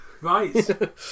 Right